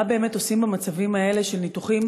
היא מה באמת עושים במצבים האלה של ניתוחים